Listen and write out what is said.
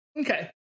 okay